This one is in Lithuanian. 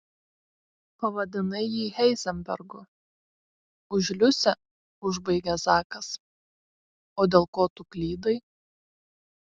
pavadinai jį heizenbergu už liusę užbaigė zakas o dėl ko tu klydai